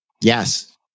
Yes